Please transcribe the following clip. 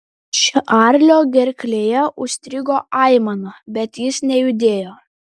čarlio gerklėje užstrigo aimana bet jis nejudėjo